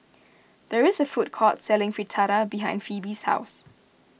there is a food court selling Fritada behind Pheobe's house